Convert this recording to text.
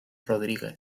rodríguez